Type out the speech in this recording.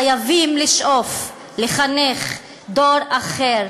חייבים לשאוף לחנך דור אחר,